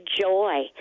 joy